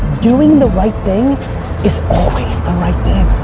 doing the right thing is always the right thing.